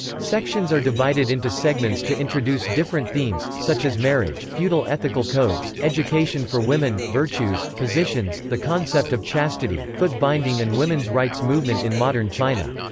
sections are divided into segments to introduce different themes, such as marriage, feudal ethical codes, education for women, virtues, positions, the concept of chastity, foot-binding and women's rights movement in modern china.